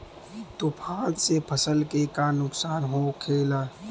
तूफान से फसल के का नुकसान हो खेला?